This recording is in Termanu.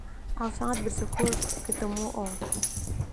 Au sangat bersyukur ketemu oh.